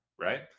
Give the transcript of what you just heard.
right